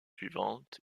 suivantes